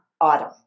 Autumn